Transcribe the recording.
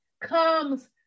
comes